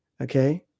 Okay